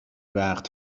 وقت